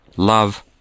Love